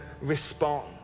respond